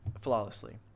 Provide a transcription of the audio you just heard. flawlessly